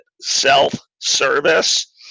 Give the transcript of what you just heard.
self-service